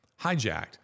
hijacked